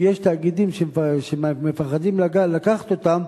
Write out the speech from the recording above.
כי יש תאגידים שמפחדים לקחת אותם.